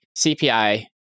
CPI